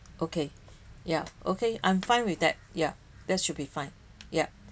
okay yup okay I'm fine with that yeah there should be fine yup